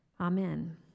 Amen